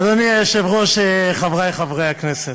אדוני היושב-ראש, חברי חברי הכנסת,